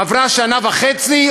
עברה שנה וחצי,